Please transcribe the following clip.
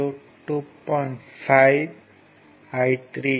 5 I3 2